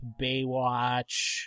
Baywatch